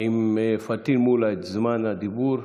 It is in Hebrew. עם פטין מולא את זמן הדיבור,